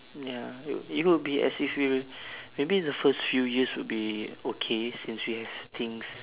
ya it it could be as if we were maybe the first few years would be okay since we have things